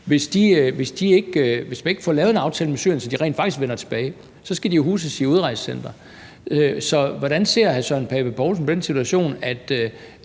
Syrien, ikke får lavet en aftale med Syrien, så de rent faktisk vender tilbage, så skal de jo huses på udrejsecentre. Så hvordan ser hr. Søren Pape Poulsen på den situation, at